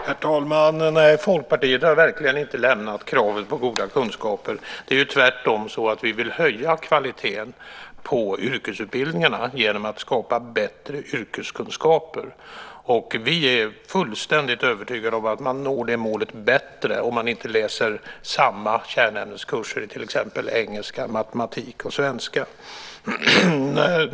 Herr talman! Folkpartiet har verkligen inte lämnat kravet på goda kunskaper. Tvärtom vill vi höja kvaliteten på yrkesutbildningarna genom att skapa bättre yrkeskunskaper. Vi är fullständigt övertygade om att man når det målet bättre om man inte läser samma kärnämneskurser i till exempel engelska, matematik och svenska.